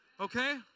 Okay